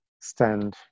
stand